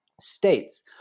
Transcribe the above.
states